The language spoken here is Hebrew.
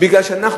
כי יש